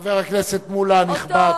חבר הכנסת מולה הנכבד.